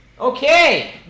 Okay